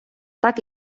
так